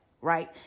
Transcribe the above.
right